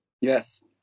Yes